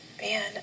man